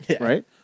right